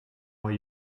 why